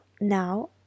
now